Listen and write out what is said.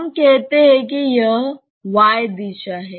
हम कहते हैं कि यह y दिशा है